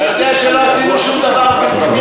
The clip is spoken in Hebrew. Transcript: אתה יודע שלא עשינו שום דבר חוץ מגביית,